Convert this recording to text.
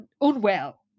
unwell